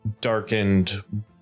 darkened